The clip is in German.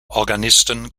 organisten